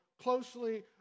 closely